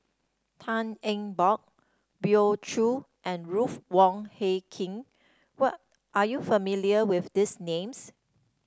Tan Eng Bock Hoey Choo and Ruth Wong Hie King what are you familiar with these names